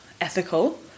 ethical